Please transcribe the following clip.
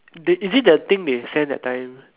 they is it the thing they sent that time